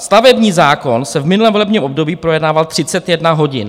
Stavební zákon se v minulém volebním období projednával 31 hodin.